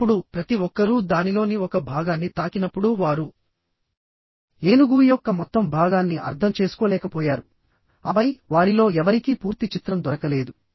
ఇప్పుడు ప్రతి ఒక్కరూ దానిలోని ఒక భాగాన్ని తాకినప్పుడు వారు ఏనుగు యొక్క మొత్తం భాగాన్ని అర్థం చేసుకోలేకపోయారు ఆపై వారిలో ఎవరికీ పూర్తి చిత్రం దొరకలేదు